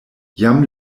jam